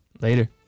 Later